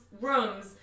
rooms